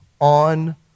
on